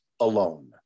alone